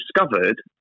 discovered